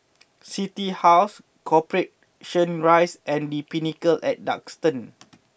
City House Corporation Rise and The Pinnacle at Duxton